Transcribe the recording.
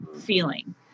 feeling